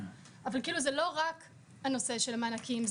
אבל זה לא רק הנושא של המענקים.